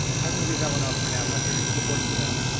i will leave that one off for now. i'm not hearing support for that,